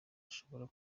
ashobora